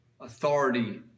Authority